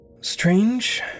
Strange